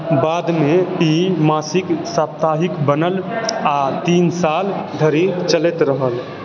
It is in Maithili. बादमे ई मासिक साप्ताहिक बनल आ तीन साल धरी चलैत रहल